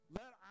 let